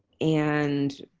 and